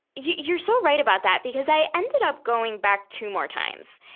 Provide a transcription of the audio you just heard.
you, you're so right about that. because i ended up going back two more times.